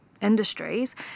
industries